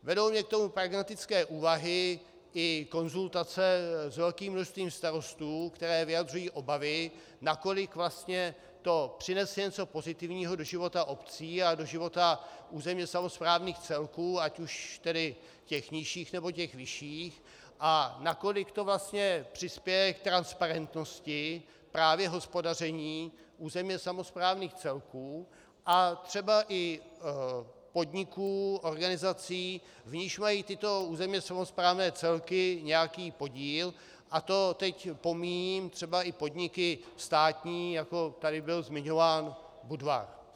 Vedou mě k tomu pragmatické úvahy i konzultace s velkým množstvím starostů, kteří vyjadřují obavy, nakolik vlastně to přinese něco pozitivního do života obcí a do života územně samosprávných celků, ať už těch nižších, nebo těch vyšších, a nakolik to vlastně přispěje k transparentnosti právě hospodaření územně samosprávných celků a třeba i podniků, organizací, v nichž mají tyto územně samosprávné celky nějaký podíl, a to teď pomíjím třeba i podniky státní, jako tady byl zmiňován Budvar.